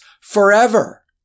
forever